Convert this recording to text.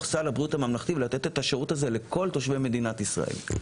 סל הבריאות הממלכתי ולתת את השירות הזה לכל תושבי מדינת ישראל.